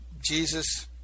Jesus